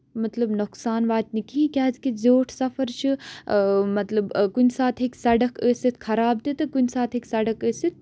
مطلب نۄقصان واتنہِ کِہیٖنۍ کیازکہِ زیوٹھ سَفر چھُ مطلب کُنہِ ساتہٕ ہیٚکہِ سَڑک ٲسِتھ خراب تہِ تہٕ کُنہِ ساتہٕ ہیٚکہِ سَڑک ٲسِتھ